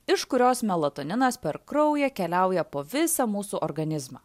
iš kurios melatoninas per kraują keliauja po visą mūsų organizmą